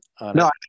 no